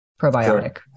probiotic